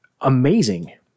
amazing